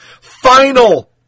Final